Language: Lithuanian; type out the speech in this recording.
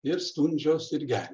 ir stundžios ir gervės